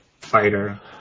fighter